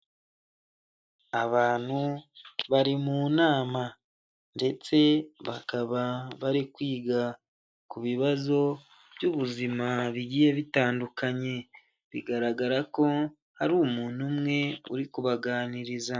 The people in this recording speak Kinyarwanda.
Abantu bari mu nama ndetse bakaba bari kwiga ku bibazo by'ubuzima bigiye bitandukanye bigaragara ko hari umuntu umwe uri kubaganiriza.